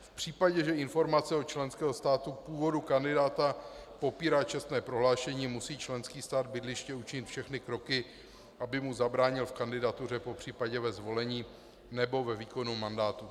V případě, že informace od členského státu původu kandidáta popírá čestné prohlášení, musí členský stát bydliště učinit všechny kroky, aby mu zabránil v kandidatuře, popřípadě ve zvolení nebo ve výkonu mandátu.